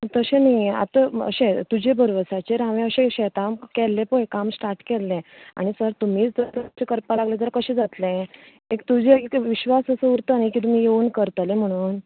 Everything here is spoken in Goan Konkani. तशें न्ही आतां अशें तुजें भरवोसाचेर हावें अशें शेतां केल्लें पय काम स्टार्ट केल्लें आनी जर तुमीच जर अशें करपा लागले जाल्यार कशें जातलें एक तुजेर विश्वास असो उरता न्ही की तुमी योवन करतले म्हुणून